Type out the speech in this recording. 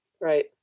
Right